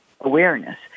Awareness